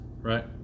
right